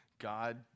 God